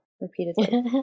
repeatedly